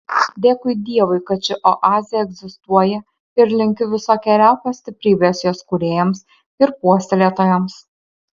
dėkui dievui kad ši oazė egzistuoja ir linkiu visokeriopos stiprybės jos kūrėjams ir puoselėtojams